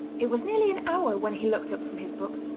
it was nearly an hour when he looked up from his book,